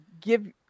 give